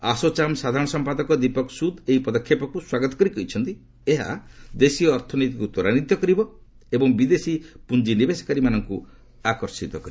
ASSOCHAM ସାଧାରଣ ସମ୍ପାଦକ ଦୀପକ ସୁଧ୍ ଏହି ପଦକ୍ଷେପକୁ ସ୍ୱାଗତ କରି କହିଛନ୍ତି ଏହା ଦେଶୀୟ ଅର୍ଥନୀତିକୁ ତ୍ୱରାନ୍ୱିତ କରିବ ଏବଂ ବିଦେଶୀ ପୁଞ୍ଜି ନବେଶକାରୀଙ୍କୁ ଆକର୍ଷିତ କରିବ